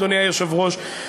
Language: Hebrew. אדוני היושב-ראש,